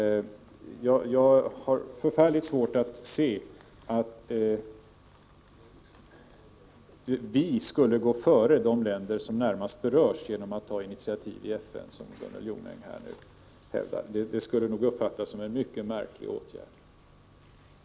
Att Sverige skulle gå före de närmast berörda länderna genom att ta initiativ i FN, som Gunnel Jonäng nu förespråkar, skulle nog uppfattas som en mycket märklig åtgärd.